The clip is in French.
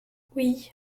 oui